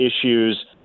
issues